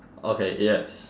okay yes